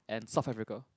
and South Africa